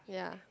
yeah